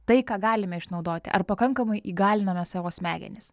tai ką galime išnaudoti ar pakankamai įgaliname savo smegenis